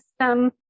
system